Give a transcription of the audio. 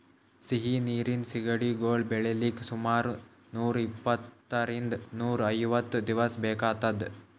ಸಿಹಿ ನೀರಿನ್ ಸಿಗಡಿಗೊಳ್ ಬೆಳಿಲಿಕ್ಕ್ ಸುಮಾರ್ ನೂರ್ ಇಪ್ಪಂತ್ತರಿಂದ್ ನೂರ್ ಐವತ್ತ್ ದಿವಸ್ ಬೇಕಾತದ್